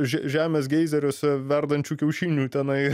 že žemės geizeriuose verdančių kiaušinių tenai